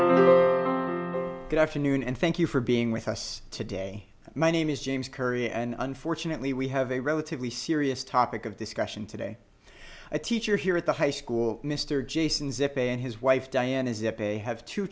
good afternoon and thank you for being with us today my name is james curry and unfortunately we have a relatively serious topic of discussion today a teacher here at the high school mr jason zip it and his wife diane is if they have two